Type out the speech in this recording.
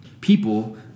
people